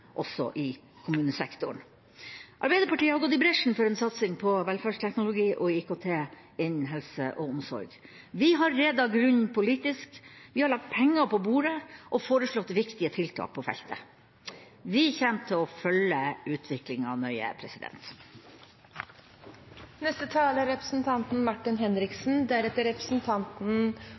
også i kommunesektoren. Arbeiderpartiet har gått i bresjen for en satsing på velferdsteknologi og IKT innen helse og omsorg. Vi har redet grunnen politisk, vi har lagt penger på bordet og foreslått viktige tiltak på feltet. Vi kommer til å følge utviklinga nøye.